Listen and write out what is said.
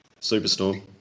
Superstorm